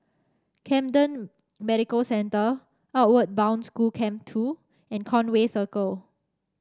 Camden Medical Centre Outward Bound School Camp Two and Conway Circle